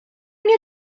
nie